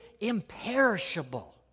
imperishable